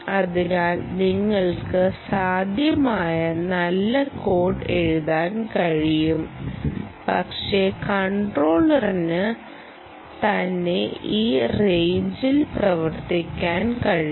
അതിനാൽ നിങ്ങൾക്ക് സാധ്യമായ നല്ല കോഡ് എഴുതാൻ കഴിയണം പക്ഷേ കൺട്രോളറിന് തന്നെ ഈ റെയിഞ്ചിൽ പ്രവർത്തിക്കാൻ കഴിയണം